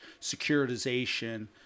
securitization